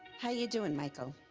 how you doing, michael?